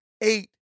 eight